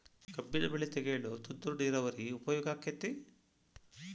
ಕಬ್ಬಿನ ಬೆಳೆ ತೆಗೆಯಲು ತುಂತುರು ನೇರಾವರಿ ಉಪಯೋಗ ಆಕ್ಕೆತ್ತಿ?